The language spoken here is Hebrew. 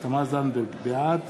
בעד